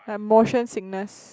like motion sickness